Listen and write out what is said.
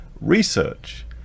research